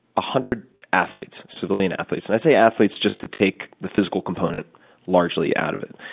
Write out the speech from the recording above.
ah hundred athletes, civilian athletes. and i say athletes just to take the physical component largely out of it.